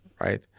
right